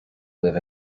live